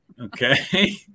Okay